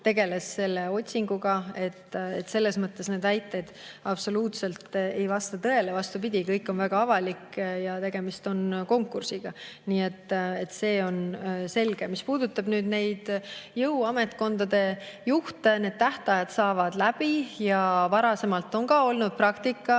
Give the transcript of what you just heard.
tegeles selle otsinguga. Selles mõttes need väited absoluutselt ei vasta tõele. Vastupidi, kõik on avalik ja tegemist on konkursiga. Nii et see on selge. Mis puudutab neid jõuametkondade juhte, siis need tähtajad saavad läbi. Ja varasemalt on ka olnud praktika,